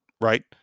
right